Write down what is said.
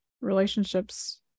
relationships